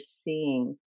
seeing